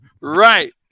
Right